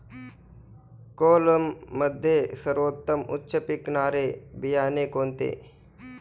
कोलममध्ये सर्वोत्तम उच्च पिकणारे बियाणे कोणते?